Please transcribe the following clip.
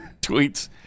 tweets